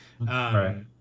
Right